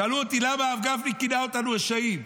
שאלו אותי: למה הרב גפני כינה אותנו "רשעים".